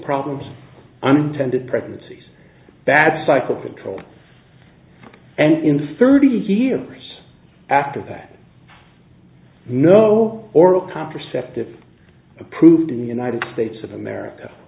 problems unintended pregnancies bad cycle control and in fairly easy years after that no oral contraceptive approved in the united states of america